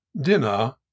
dinner